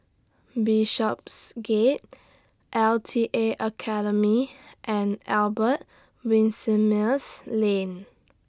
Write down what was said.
Bishopsgate L T A Academy and Albert Winsemius Lane